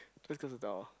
just close it down lah